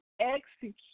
execute